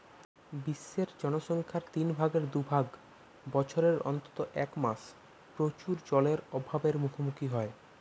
বিশ্বের জনসংখ্যার তিন ভাগের দু ভাগ বছরের অন্তত এক মাস প্রচুর জলের অভাব এর মুখোমুখী হয়